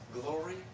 glory